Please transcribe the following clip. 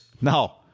No